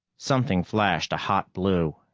something flashed a hot blue,